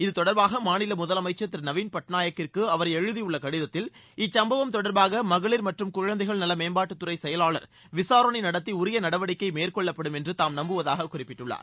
இது தொடர்பாக மாநில முதலமைச்சர் திரு நவீன் பட்நாயக் கிற்கு அவர் எழுதியுள்ள கடிதத்தில் இச் சும்பவம் தொடர்பாக மகளிர் மற்றும் குழந்தைகள் நல மேம்பாட்டுத்துறை செயலாளர் விசாரணை நடத்தி உரிய நடவடிக்கை மேற்கொள்ளப்படும் என்று தாம் நம்புவதாக குறிப்பிட்டுள்ளார்